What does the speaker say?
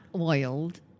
oiled